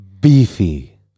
Beefy